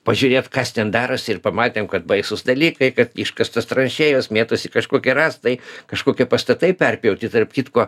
pažiūrėt kas ten darosi ir pamatėm kad baisūs dalykai kad iškastos tranšėjos mėtosi kažkokie rąstai kažkokie pastatai perpjauti tarp kitko